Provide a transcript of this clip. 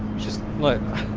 just like